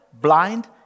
Blind